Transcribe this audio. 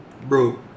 bro